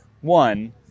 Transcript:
one